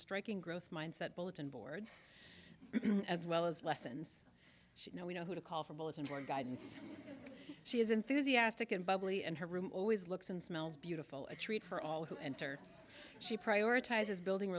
striking growth mindset bulletin boards as well as lessons she now we know who to call for bulletin board guidance she is enthusiastic and bubbly and her room always looks and smells beautiful a treat for all who enter she prioritizes building